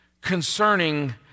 concerning